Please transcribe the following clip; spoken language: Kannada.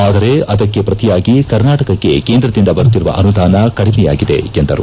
ಆದರೆ ಅದಕ್ಕೆ ಪ್ರತಿಯಾಗಿ ಕರ್ನಾಟಕಕ್ಕೆ ಕೇಂದ್ರದಿಂದ ಬರುತ್ತಿರುವ ಅನುದಾನ ಕಡಿಮೆಯಾಗಿದೆ ಎಂದರು